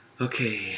Okay